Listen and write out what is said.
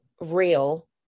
real